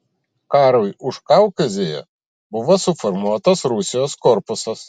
karui užkaukazėje buvo suformuotas rusijos korpusas